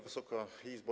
Wysoka Izbo!